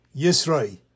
Yisrael